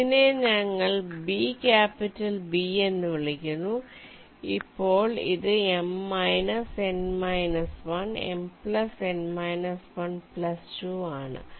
ഇതിനെ ഞങ്ങൾ B capital B എന്ന് വിളിക്കുന്നു ഇപ്പോൾ ഇത് M − N − 1 M N − 1 2 ആണ്